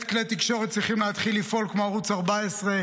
כלי התקשורת צריכים לפעול כמו ערוץ 14,